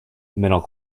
middle